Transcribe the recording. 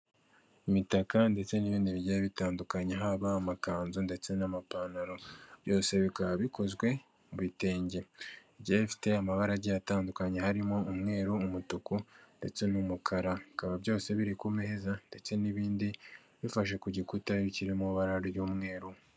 Imitaka ndetse n'ibindi bigiye bitandukanye haba amakanzu ndetse n'amapantalo byose bikaba bikozwe mu bitenge bigiye bifite amabarage atandukanye harimo umweru umutuku ndetse n'umukara bikaba byose biri ku meza ndetse n'ibindi bifashe ku gikuta kiri mu ibara ry'umweru.